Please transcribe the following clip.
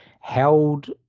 Held